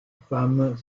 femme